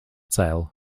tail